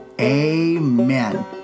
Amen